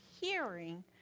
hearing